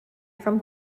from